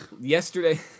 yesterday